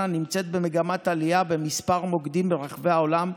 נמצאת במגמת עלייה בכמה מוקדים ברחבי העולם,